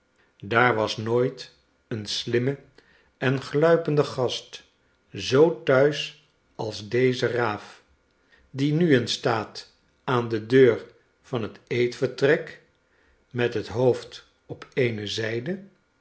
daar was nooit een slimme en gluipende gast zoo thuis als deze raaf die nu eens staat aan de deur van het eetvertrek met het hoofd op